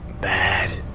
Bad